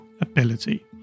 ability